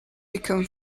become